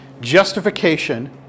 justification